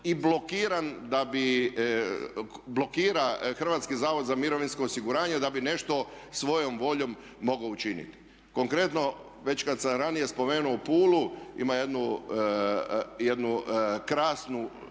i blokiran da bi, blokira HZMO da bi nešto svojom voljom mogao učiniti. Konkretno, već kada sam ranije spomenuo Pulu, ima jednu krasnu